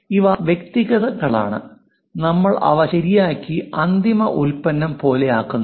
ഇവ വ്യക്തിഗത ഘടകങ്ങളാണ് നമ്മൾ അവ ശരിയാക്കി അന്തിമ ഉൽപ്പന്നം പോലെയാക്കുന്നു